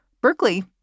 Berkeley